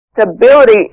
stability